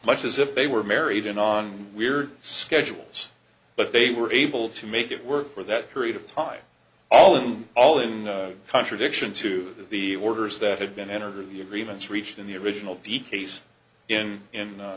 much as if they were married and on weird schedules but they were able to make it work for that period of time all in all in contradiction to the orders that had been entered the agreements reached in the original de case in in